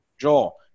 Joel